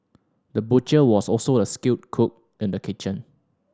the butcher was also a skilled cook in the kitchen